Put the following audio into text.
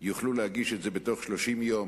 יוכלו להגיש את זה בתוך 30 יום